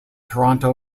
toronto